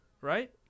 right